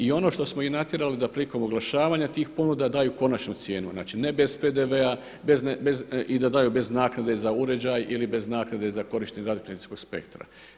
I ono što smo ih natjerali da prilikom oglašavanja tih ponuda daju konačnu cijenu, znači ne bez PDV-a i da daju bez naknade za uređaj ili bez naknade za korištenje radio frekvencijskog spektra.